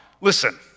listen